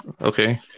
Okay